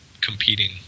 competing